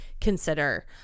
consider